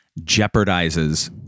jeopardizes